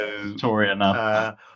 Victoria